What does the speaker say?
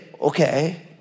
okay